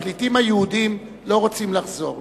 הפליטים היהודים לא רוצים לחזור.